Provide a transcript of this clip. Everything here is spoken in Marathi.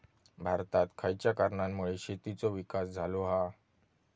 भारतात खयच्या कारणांमुळे शेतीचो विकास झालो हा?